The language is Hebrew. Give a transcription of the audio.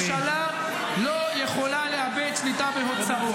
ממשלה לא יכולה לאבד שליטה בהוצאות.